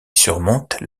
surmonte